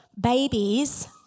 Babies